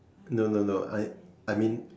no no no I I mean